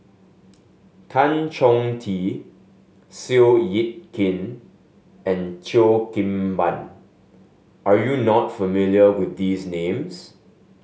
Tan Chong Tee Seow Yit Kin and Cheo Kim Ban are you not familiar with these names